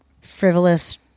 frivolous